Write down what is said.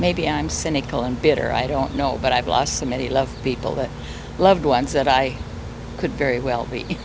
maybe i'm cynical and bitter i don't know but i've lost so many loved people that loved ones that i could very well be